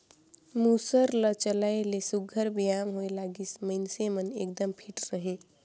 मूसर ल चलाए ले सुग्घर बेयाम होए लागिस, मइनसे मन एकदम फिट रहें